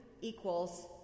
equals